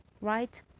right